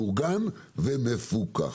מאורגן ומפוקח.